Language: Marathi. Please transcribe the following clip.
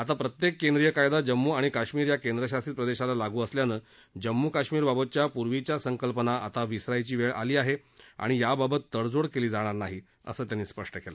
आता प्रत्येक केंद्रीय कायदा जम्मू आणि काश्मिर या केंद्रशासित प्रदेशाला लागू असल्यानं जम्मू काश्मिर बाबतच्या पूर्वीच्या संकल्पना आता विसरायची वेळ आली आहे आणि याबाबत तडजोड केली जाणार नाही असं त्यांनी सांगितलं